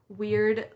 weird